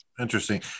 Interesting